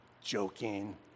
joking